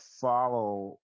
follow